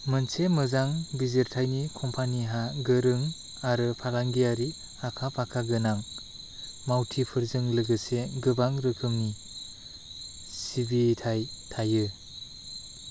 मोनसे मोजां बिजिरथायनि कम्पानिहा गोरों आरो फालांगियारि आखा फाखा गोनां मावथिफोरजों लोगोसे गोबां रोखोमनि सिबिथाय थायो